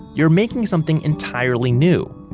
you're making something entirely new,